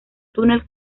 túnel